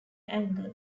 anger